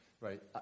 right